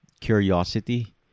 curiosity